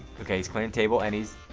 okay, he's cleaning table, and he's,